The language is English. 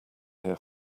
here